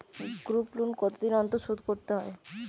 Group loan কতদিন অন্তর শোধকরতে হয়?